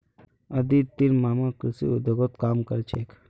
अदितिर मामा कृषि उद्योगत काम कर छेक